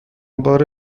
بار